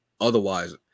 Otherwise